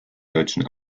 deutschen